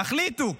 תחליטו.